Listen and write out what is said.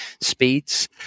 speeds